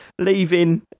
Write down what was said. leaving